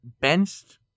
benched